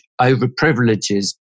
overprivileges